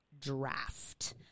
Draft